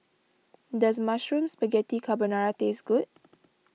does Mushroom Spaghetti Carbonara taste good